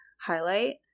highlight